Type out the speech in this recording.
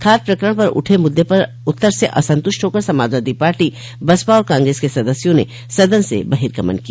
खाद प्रकरण पर उठे मुद्दे पर उत्तर से असंतुष्ट होकर समाजवादी पार्टी बसपा और कांग्रेस के सदस्यों ने सदन से बहिर्गमन किया